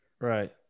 Right